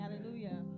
Hallelujah